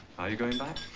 are you going back?